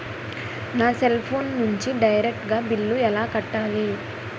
నా cell phone నుంచి direct గా బిల్లు ఎలా కట్టాలి?